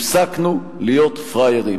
הפסקנו להיות פראיירים,